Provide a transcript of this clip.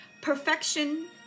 Perfection